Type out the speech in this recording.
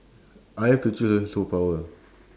I have to choose a superpower